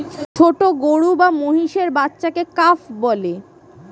ছোট গরু বা মহিষের বাচ্চাকে কাফ বলে